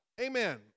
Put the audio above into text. amen